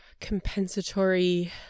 compensatory